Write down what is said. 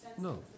No